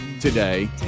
today